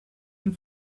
and